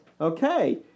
Okay